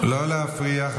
לא להפריע.